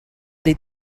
they